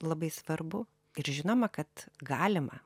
labai svarbu ir žinoma kad galima